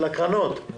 של הקרנות.